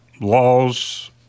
laws